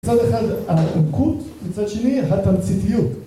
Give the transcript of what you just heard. ‫מצד אחד העומקות, ‫מצד שני התמציתיות.